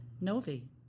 Novi